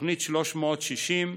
תוכנית 360,